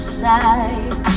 side